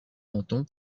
menton